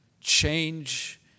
Change